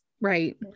right